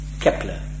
Kepler